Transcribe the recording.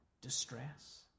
distress